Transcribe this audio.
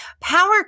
Power